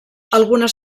algunes